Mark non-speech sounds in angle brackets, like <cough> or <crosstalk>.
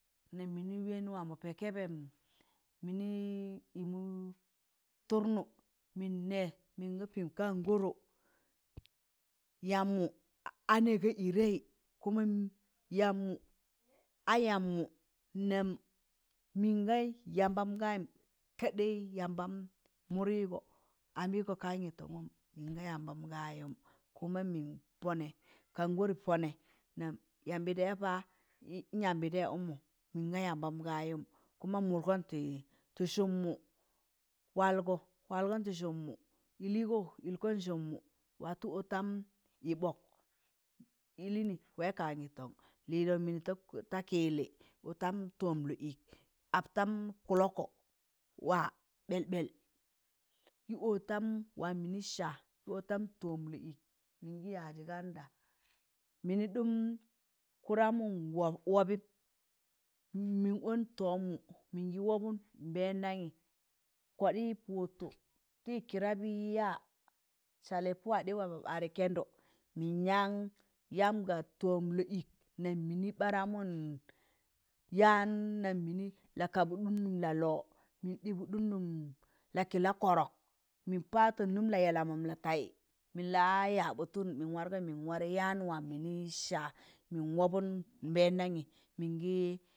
Nam mịnị wẹẹ wamọ pẹẹ kẹẹbẹm mịnị ịmọ tụrnụ mịn nẹẹ mịnga pẹẹm kaan gọrọ, <noise> yamb mụ anẹ ga ịdẹị kuma yamb mụ a yamb mụ nam mịnga yambam gayịm, kadẹị yambam mụdịgọ, ambịgọ kangịtọngụm mịnga yambam gayịm kuma mịn pọnẹ kan gọrị pọnẹ nam yambị jẹẹ pa nyambị tẹị ụkmọ mọnga yamba gayịm, kuma mụdgọn tị sụm mụ, walgọ walgọn tị sụmmu, ịlịgọ ịlgọ tị sụmmụ, watọ ọtam yịbọk ịlịnị waị kangịtọn lịdọn mịnị ta kịyịllị ọtam tọm lọọ ịk, aptam kụlọkọ, ụla ɓẹlɓẹl kị ọtam waam mị saa, kị ọtam tọm lọọ ịk, mịngị yajị ganda <noise> mịnị dụm kụdamụ wọbịm mịn ọn nbẹndamị kọdịị pụtụ tịd kịrabị yaa salị pụwadị wa de kẹnzọ mịn yan yamga tọm lọọ ịk nam mịnị ɓaramụm yaan nam mịnị la kabụḍụn nụm la lọọ mịn ɗịbụḍụn nụm lakịla kọrọk mịn patọn nụm laa yalamụm la taị mịn la yabatụn mịn wargọị mịn warẹ yaan wam mịnị saa min wọbu̱n nbẹndangị mịngị.